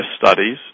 studies